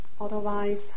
Otherwise